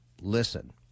listen